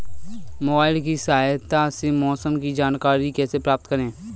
Mobile की सहायता से मौसम की जानकारी कैसे प्राप्त करें?